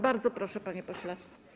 Bardzo proszę, panie pośle.